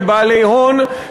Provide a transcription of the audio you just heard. לבעלי הון,